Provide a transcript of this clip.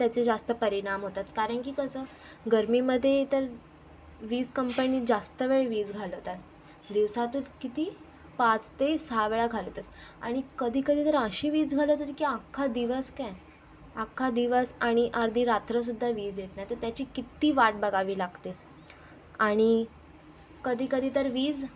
त्याचे जास्त परिणाम होतात कारण की कसं गर्मीमध्ये तर वीज कंपनी जास्त वेळ वीज घालवतात दिवसातून किती पाच ते सहा वेळा घालवतात आणि कधी कधी तर अशी वीज घालवतात जसं अख्खा दिवस काय अख्खा दिवस आणि अर्धी रात्रसुद्धा वीज येत नाही तर त्याची कित्ती वाट बघावी लागते आणि कधीकधी तर वीज